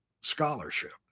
scholarship